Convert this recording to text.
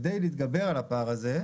כדי להתגבר על הפער הזה,